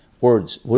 words